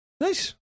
Nice